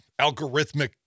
algorithmic